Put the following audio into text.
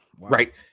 Right